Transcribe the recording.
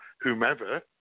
whomever